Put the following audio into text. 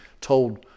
told